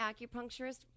acupuncturist